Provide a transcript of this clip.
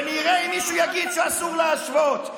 ונראה אם מישהו יגיד שאסור להשוות.